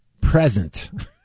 present